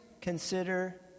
consider